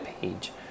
page